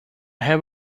have